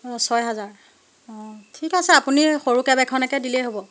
অ' ছয় হাজাৰ অ' ঠিক আছে আপুনি সৰু কেব এখনকে দিলেই হ'ব